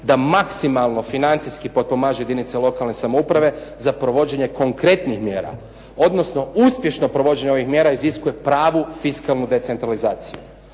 da maksimalno financijski potpomaže jedinice lokalne samouprave za provođenje konkretnih mjera odnosno uspješno provođenje ovih mjera iziskuje pravu fiskalnu decentralizaciju.